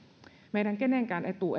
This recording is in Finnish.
meidän kenenkään etu